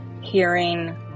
hearing